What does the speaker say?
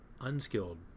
unskilled